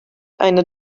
eine